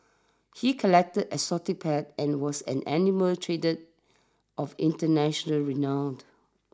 he collected exotic pets and was an animal trader of international renowned